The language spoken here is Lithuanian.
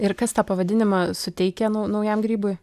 ir kas tą pavadinimą suteikė nau naujam grybui